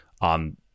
on